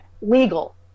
legal